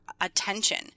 attention